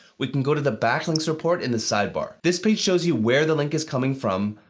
we can go to the backlinks report in the sidebar. this page shows you where the link is coming from,